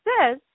says